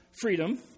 freedom